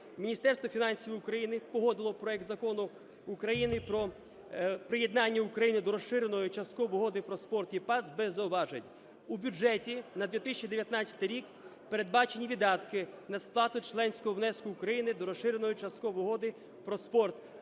Міністерство фінансів України погодило проект Закону України про приєднання України до Розширеної часткової угоди про спорт (EPAS) без зауважень. У бюджеті на 2019 рік передбачені видатки на сплату членського внеску України до Розширеної часткової угоди про спорт (EPAS) у